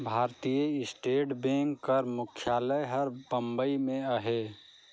भारतीय state bank कर मुख्यालय हर बंबई में अहे